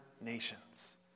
nations